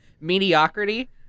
Mediocrity